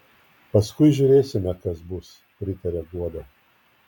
paskui žiūrėsime kas bus pritaria guoda